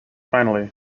finally